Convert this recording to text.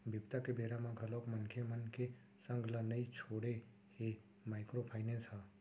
बिपदा के बेरा म घलोक मनखे मन के संग ल नइ छोड़े हे माइक्रो फायनेंस ह